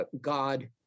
God